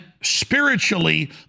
spiritually